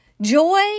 joy